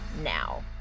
now